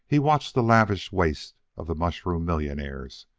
he watched the lavish waste of the mushroom millionaires,